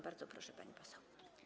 Bardzo proszę, pani poseł.